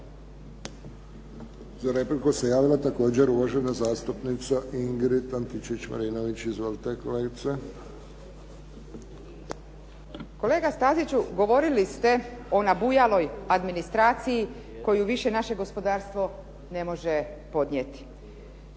Za repliku se javila također uvažena zastupnica Ingrid Antičević-Marinović. Izvolite. **Antičević Marinović, Ingrid (SDP)** Kolega Staziću, govorili ste o nabujaloj administraciji koju više naše gospodarstvo ne može podnijeti.